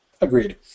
Agreed